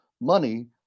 money